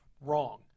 wrong